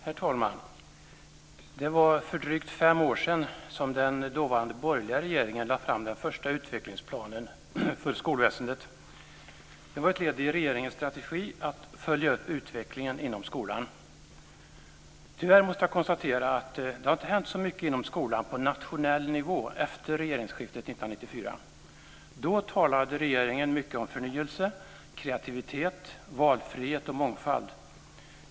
Herr talman! Det var för drygt fem år sedan som den dåvarande borgerliga regeringen lade fram den första utvecklingsplanen för skolväsendet. Den var ett led i regeringens strategi att följa upp utvecklingen inom skolan. Tyvärr måste jag konstatera att det inte har hänt så mycket inom skolan på nationell nivå efter regeringsskiftet 1994. Då talade regeringen mycket om förnyelse, kreativitet, valfrihet och mångfald.